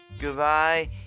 goodbye